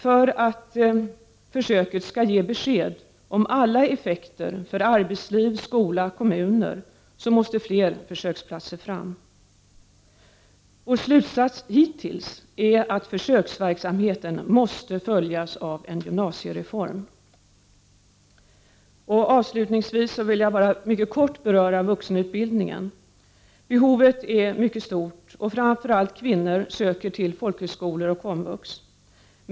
För att försöket skall ge besked om alla effekter för arbetsliv, skola och kommuner måste fler försöksplatser ordnas. Vår slutsats hittills är att försöksverksamheten måste följas av en gymnasiereform. 8 Avslutningsvis vill jag mycket kort beröra vuxenutbildningen. Behovet är mycket stort, och framför allt kvinnor söker till folkhögskolor och Komvux.